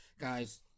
Guys